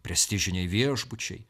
prestižiniai viešbučiai